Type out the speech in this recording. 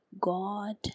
God